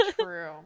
True